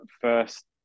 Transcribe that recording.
first